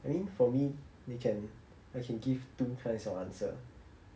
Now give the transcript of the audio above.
I mean for me you can I can give two kinds of answer